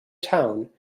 town